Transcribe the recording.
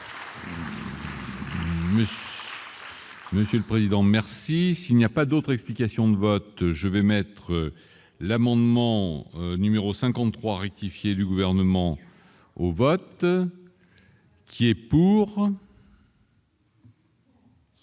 Monsieur le président, merci, s'il n'y a pas d'autre explication de vote, je vais mettre l'amendement numéro 53 rectifier du gouvernement au vote qui est pour.